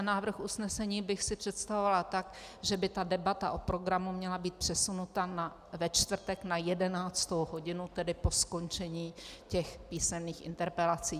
Návrh usnesení bych si představovala tak, že by debata o programu měla být přesunuta ve čtvrtek na 11. hodinu, tedy po skončení písemných interpelací.